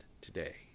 today